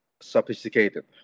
sophisticated